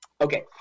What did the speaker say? Okay